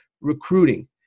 recruiting